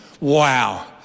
Wow